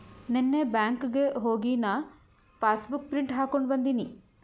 ನೀನ್ನೇ ಬ್ಯಾಂಕ್ಗ್ ಹೋಗಿ ನಾ ಪಾಸಬುಕ್ ಪ್ರಿಂಟ್ ಹಾಕೊಂಡಿ ಬಂದಿನಿ